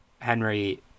Henry